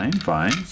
Fine